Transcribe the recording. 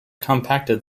compacted